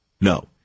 No